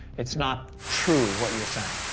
it's not true what you're saying?